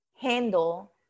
handle